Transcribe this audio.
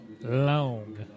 long